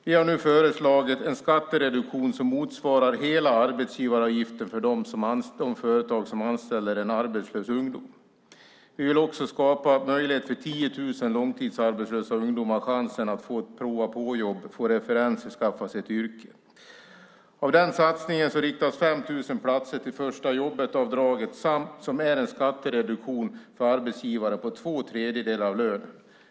Vi har nu föreslagit en skattereduktion som motsvarar hela arbetsgivaravgiften för de företag som anställer en arbetslös ungdom. Vi vill också ge 10 000 långtidsarbetslösa ungdomar chansen att få ett prova-på-jobb, få referenser och skaffa sig ett yrke. Av den satsningen riktas 5 000 platser till första-jobbet-avdraget som är en skattereduktion för arbetsgivare på två tredjedelar av lönen.